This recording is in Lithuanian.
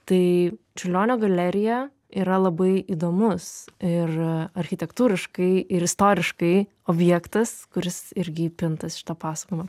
tai čiurlionio galerija yra labai įdomus ir architektūriškai ir istoriškai objektas kuris irgi įpintas į šitą pasakojimą